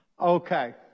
Okay